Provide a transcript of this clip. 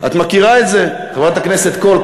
את מכירה את זה, חברת הכנסת קול?